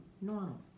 Normal